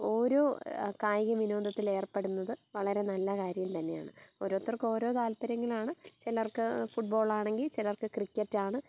ഓരോ കായിക വിനോദത്തിലേർപ്പെടുന്നത് വളരെ നല്ല കാര്യം തന്നെയാണ് ഓരോരുത്തർക്കും ഓരോ താൽപര്യങ്ങളാണ് ചിലർക്ക് ഫുട്ബോളാണെങ്കിൽ ചിലർക്ക് ക്രിക്കറ്റാണ്